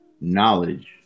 knowledge